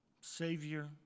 Savior